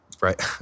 Right